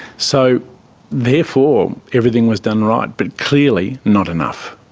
so therefore everything was done right but clearly not enough,